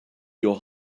your